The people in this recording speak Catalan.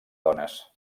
dones